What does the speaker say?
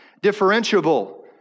differentiable